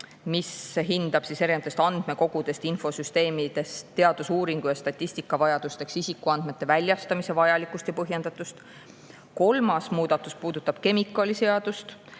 kes hindab erinevatest andmekogudest ja infosüsteemidest teadusuuringu ja statistika vajadusteks isikuandmete väljastamise vajalikkust ja põhjendatust. Kolmas muudatus puudutab kemikaaliseadust.